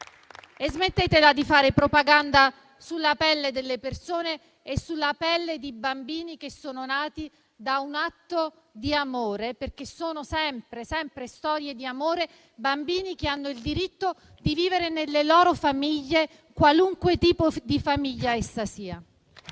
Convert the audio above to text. E smettetela di fare propaganda sulla pelle delle persone e sulla pelle di bambini che sono nati da un atto di amore - perché sono sempre storie di amore - bambini che hanno il diritto di vivere nelle loro famiglie, qualunque tipo di famiglie esse siano.